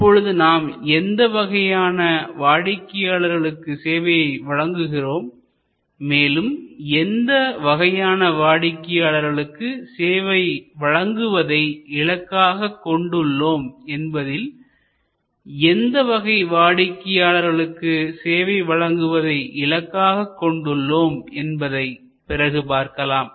இப்பொழுது நாம் எந்த வகையான வாடிக்கையாளர்களுக்கு சேவையை வழங்குகிறோம் மேலும் எந்த வகையான வாடிக்கையாளர்களுக்கு சேவையை வழங்குவதை இலக்காகக் கொண்டு உள்ளோம் என்பதில் எந்த வகை வாடிக்கையாளர்களுக்கு சேவை வழங்குவதை இலக்காகக் கொண்டு உள்ளோம் என்பதை பிறகு பார்க்கலாம்